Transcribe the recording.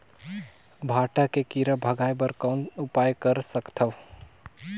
भांटा के कीरा भगाय बर कौन उपाय कर सकथव?